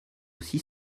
six